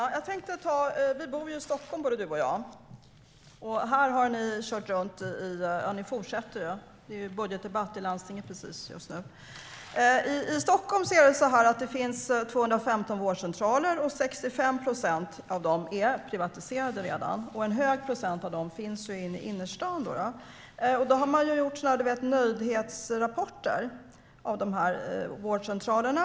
Herr talman! Vi bor i Stockholm, både du och jag, Emma. Här har ni kört runt, och ni fortsätter; det är ju budgetdebatt i landstinget just nu. I Stockholm finns 215 vårdcentraler. 65 procent av dem är redan privatiserade. En hög procentandel av dem finns i innerstaden. Man har gjort så kallade nöjdhetsrapporter av vårdcentralerna.